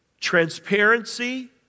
transparency